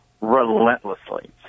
relentlessly